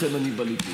לכן אני בליכוד.